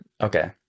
Okay